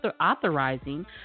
authorizing